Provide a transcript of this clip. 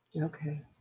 okay